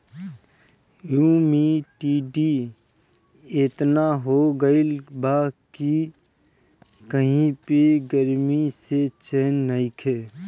humidity एतना हो गइल बा कि कही पे गरमी से चैन नइखे